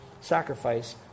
sacrifice